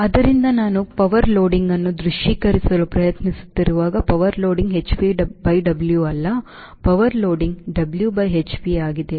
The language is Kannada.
ಆದ್ದರಿಂದ ನಾನು ಪವರ್ ಲೋಡಿಂಗ್ ಅನ್ನು ದೃಶ್ಯೀಕರಿಸಲು ಪ್ರಯತ್ನಿಸುತ್ತಿರುವಾಗ ಪವರ್ ಲೋಡಿಂಗ್ hpWಅಲ್ಲ ಪವರ್ ಲೋಡಿಂಗ್ Whp ಆಗಿದೆ